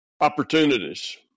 opportunities